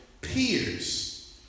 peers